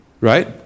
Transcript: right